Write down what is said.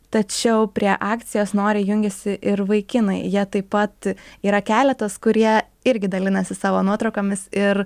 tačiau prie akcijos noriai jungėsi ir vaikinai jie taip pat yra keletas kurie irgi dalinasi savo nuotraukomis ir